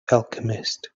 alchemist